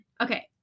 Okay